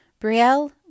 Brielle